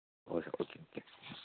ꯍꯣꯏ ꯍꯣꯏ okay okay